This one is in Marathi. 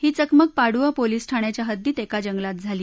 ही चकमक पाडुआ पोलीस ठाण्याच्या हद्दीत एका जंगलात झाली